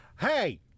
Hey